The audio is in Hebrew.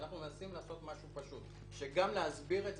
אנחנו מנסים לעשות משהו פשוט, גם ההסבר.